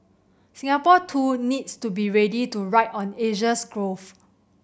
Singapore too needs to be ready to ride on Asia's growth